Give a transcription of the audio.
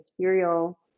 material